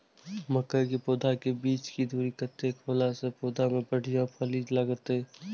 मके के पौधा के बीच के दूरी कतेक होला से पौधा में बढ़िया फली लगते?